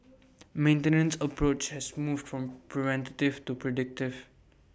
maintenance approach has moved from preventative to predictive